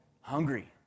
hungry